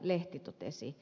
lehti totesi